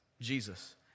Jesus